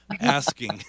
asking